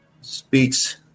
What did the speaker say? speaks